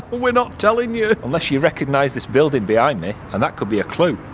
we're not telling you. unless you recognise this building behind me and that could be a clue.